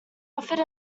offered